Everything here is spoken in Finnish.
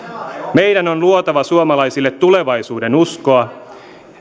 meidän on luotava suomalaisille tulevaisuudenuskoa